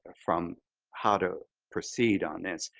from how to proceed on this.